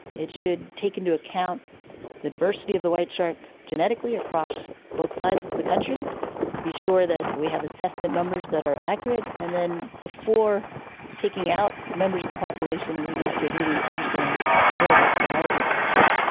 it should take into account the diversity of the white shark genetically across both sides of the country to be sure that we have assessment numbers that are accurate. and then before taking out members of the population we need to really understand more about the biology of the white shark.